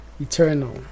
Eternal